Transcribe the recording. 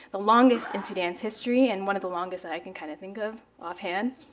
the longest in sudan's history, and one of the longest that i can kind of think of offhand.